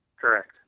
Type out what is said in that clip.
Correct